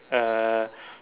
uh